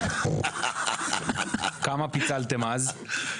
כמה פיצלתם אז?